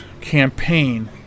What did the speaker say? campaign